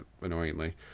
annoyingly